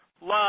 love